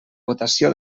votació